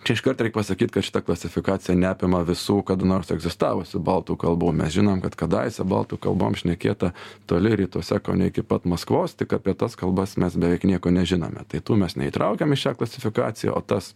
čia iškart reik pasakyt kad šita klasifikacija neapima visų kada nors egzistavusių baltų kalbų mes žinom kad kadaise baltų kalbom šnekėta toli rytuose kone iki pat maskvos tik apie tas kalbas mes beveik nieko nežinome tai tų mes neįtraukiam į šią klasifikaciją o tas